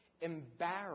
Embarrassed